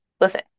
listen